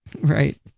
Right